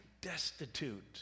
destitute